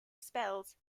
spells